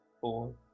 four